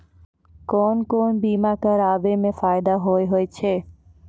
कोन कोन बीमा कराबै मे फायदा होय होय छै?